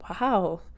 wow